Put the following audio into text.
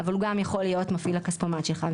אבל הוא גם יכול להיות מפעיל הכספומט שלך.